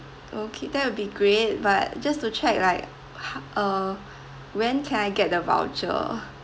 okay that will be great but just to check right ho~ uh when can I get the voucher